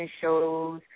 shows